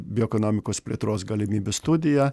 bioekonomikos plėtros galimybių studija